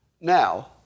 Now